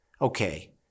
okay